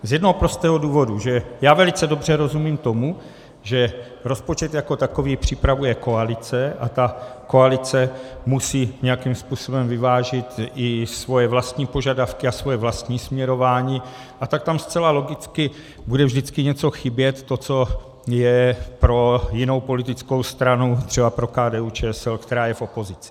Z jednoho prostého důvodu já velice dobře rozumím tomu, že rozpočet jako takový připravuje koalice a koalice musí nějakým způsobem vyvážit i svoje vlastní požadavky a svoje vlastní směrování, a tak tam zcela logicky bude vždycky něco chybět, to, co je pro jinou politickou stranu, třeba pro KDUČSL, která je v opozici.